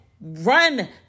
run